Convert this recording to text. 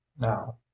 now